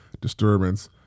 disturbance